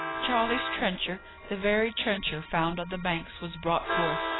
charley's trencher the very trencher found on the banks was brought forth,